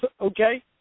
Okay